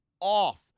off